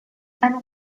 and